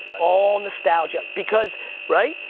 all nostalgia because right?